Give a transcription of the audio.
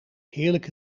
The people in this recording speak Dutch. heerlijke